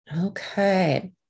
Okay